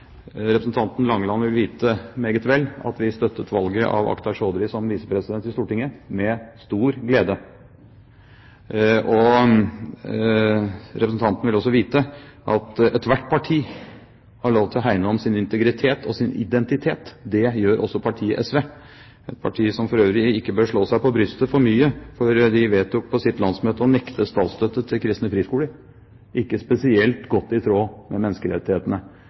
Representanten Langeland vil vite meget vel at vi støttet valget av Akhtar Chaudhry som visepresident i Stortinget med stor glede, og representanten vil også vite at ethvert parti har lov til å hegne om sin integritet og sin identitet. Det gjør også partiet SV, et parti som for øvrig ikke bør slå seg på brystet for mye, for de vedtok på sitt landsmøte å nekte statsstøtte til kristne friskoler, ikke spesielt i tråd med menneskerettighetene.